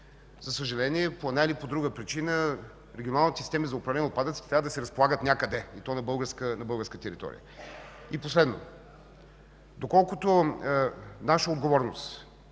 За съжаление, по една или друга причина регионалните системи за управление на отпадъците трябва да се разполагат някъде, и то на българска територия. И последно, доколкото е наша отговорността,